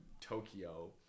Tokyo